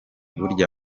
burya